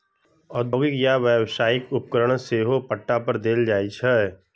औद्योगिक या व्यावसायिक उपकरण सेहो पट्टा पर देल जाइ छै